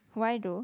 why though